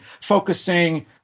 focusing